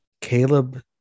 Caleb